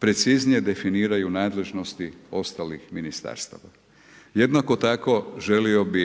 preciznije definiraju nadležnosti ostalih ministarstava. Jednako tako, želio bi